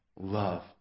love